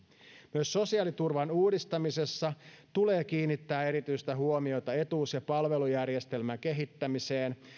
myös sosiaaliturvan uudistamisessa tulee kiinnittää erityistä huomiota etuus ja palvelujärjestelmän kehittämiseen